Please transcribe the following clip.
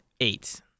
eight